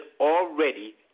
already